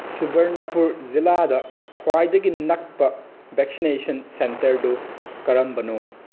ꯁꯨꯕꯔꯅꯥꯄꯨꯔ ꯖꯤꯜꯂꯥꯗ ꯈ꯭ꯋꯥꯏꯗꯒꯤ ꯅꯛꯄ ꯕꯦꯛꯁꯤꯅꯦꯁꯟ ꯁꯦꯟꯇꯔꯗꯨ ꯀꯔꯝꯕꯅꯣ